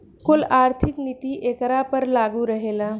कुल आर्थिक नीति एकरा पर लागू रहेला